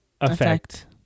effect